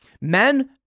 Men